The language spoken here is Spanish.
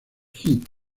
hit